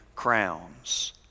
crowns